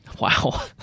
wow